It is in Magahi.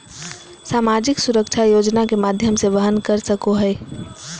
सामाजिक सुरक्षा योजना के माध्यम से वहन कर सको हइ